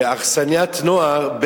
ואכסניית נוער,